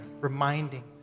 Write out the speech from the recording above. reminding